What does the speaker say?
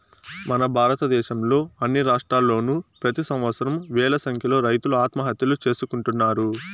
మన భారతదేశంలో అన్ని రాష్ట్రాల్లోనూ ప్రెతి సంవత్సరం వేల సంఖ్యలో రైతులు ఆత్మహత్యలు చేసుకుంటున్నారు